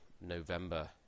November